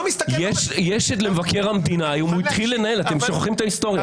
לא מסתכל --- אתם שוכחים את ההיסטוריה.